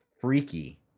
freaky